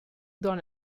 dans